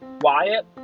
Wyatt